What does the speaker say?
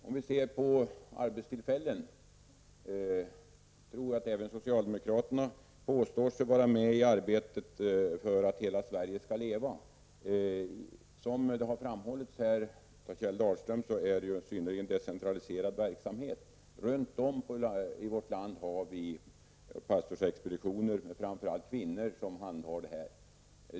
Om vi ser på dessa arbetstillfällen så är ju detta en synnerligen decentraliserad verksamhet som har framhållits av Kjell Dahlström. Jag tror att även socialdemokraterna påstår sig vara med i arbetet för att hela Sverige skall leva. Vi har pastorsexpeditioner runt om i vårt land med framför allt kvinnor som handhar detta arbete.